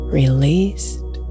released